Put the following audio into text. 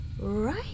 Right